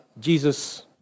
Jesus